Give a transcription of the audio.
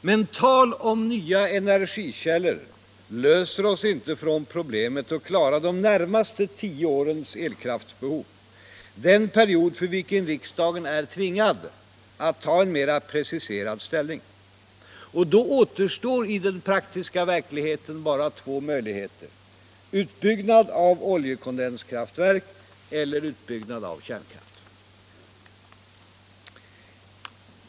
Men tal om nya energikällor löser oss inte från problemet att klara de närmaste tio årens elkraftbehov, den period för vilken riksdagen tvingats att ta en mera preciserad ställning. Då återstår i den praktiska verkligheten bara två möjligheter: utbyggnad av oljekondenskraftverk eller utbyggnad av kärnkraft.